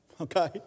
Okay